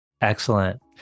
Excellent